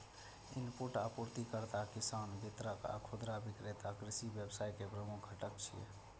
input आपूर्तिकर्ता, किसान, वितरक आ खुदरा विक्रेता कृषि व्यवसाय के प्रमुख घटक छियै